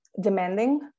demanding